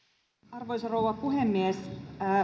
arvoisa rouva puhemies